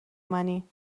منی